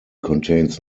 contains